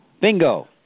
bingo